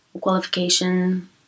qualification